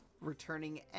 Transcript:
returning